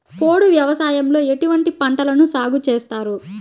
పోడు వ్యవసాయంలో ఎటువంటి పంటలను సాగుచేస్తారు?